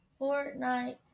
Fortnite